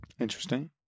Interesting